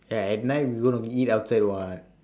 eh at night we going to outside [what]